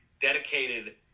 dedicated